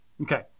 Okay